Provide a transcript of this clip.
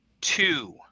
two